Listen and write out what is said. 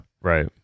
Right